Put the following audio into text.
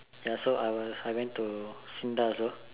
ya so I was I went to Sinda also